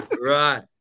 Right